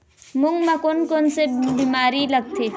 मूंग म कोन कोन से बीमारी लगथे?